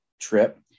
trip